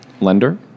lender